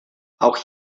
auch